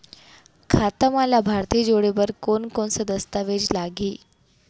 खाता म लाभार्थी जोड़े बर कोन कोन स दस्तावेज लागही?